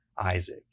Isaac